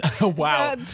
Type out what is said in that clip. wow